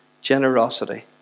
Generosity